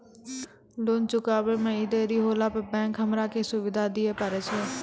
Loan चुकब इ मे देरी होला पर बैंक हमरा की सुविधा दिये पारे छै?